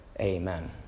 Amen